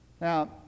now